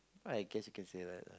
well I guess you can say that lah